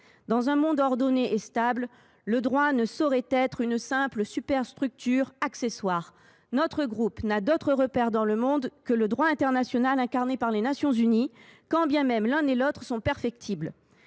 Dans un monde ordonné et stable, le droit ne saurait être une simple superstructure accessoire. Notre groupe n’a d’autres repères dans le monde que le droit international incarné par les Nations unies, quand bien même l’un et l’autre sont perfectibles.